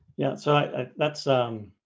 yeah, so i that's um